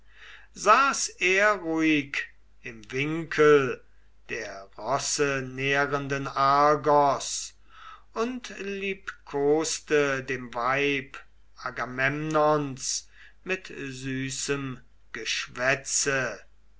saß er ruhig im winkel der rossenährenden argos und liebkoste dem weib agamemnons mit süßem geschwätze